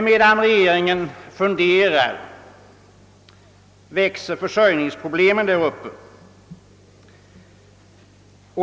Mer dan regeringen funderar växer försörjningsproblemen där uppe.